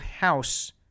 house